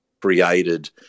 created